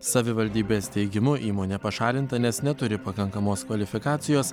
savivaldybės teigimu įmonė pašalinta nes neturi pakankamos kvalifikacijos